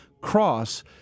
cross